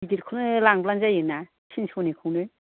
गिदिरखौनो लांब्लानो जायोना थिनस'निखौनो